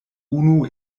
unu